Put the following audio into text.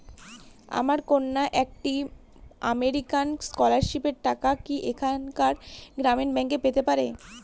আমার কন্যা একটি আমেরিকান স্কলারশিপের টাকা কি এখানকার গ্রামীণ ব্যাংকে পেতে পারে?